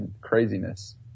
craziness